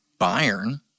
Bayern